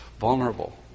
vulnerable